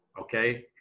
Okay